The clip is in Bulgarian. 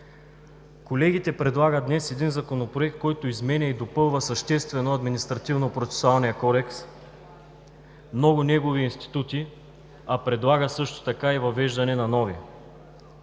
Колегите предлагат днес един Законопроект, който изменя и допълва съществено Административнопроцесуалния кодекс, много негови институти, а предлага също така и въвеждане на нови.